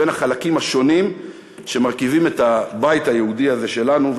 בין החלקים השונים שמרכיבים את הבית היהודי הזה שלנו,